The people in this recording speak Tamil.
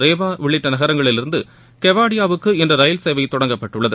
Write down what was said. ரேவா நகரங்களில் இருந்து கெவாடியாவுக்கு இன்று ரயில் சேவை தொடங்கப்பட்டுள்ளது